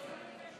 אם אפשר,